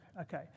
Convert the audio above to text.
Okay